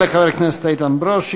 תודה לחבר הכנסת איתן ברושי.